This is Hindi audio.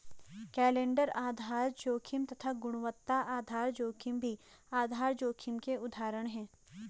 कैलेंडर आधार जोखिम तथा गुणवत्ता आधार जोखिम भी आधार जोखिम के उदाहरण है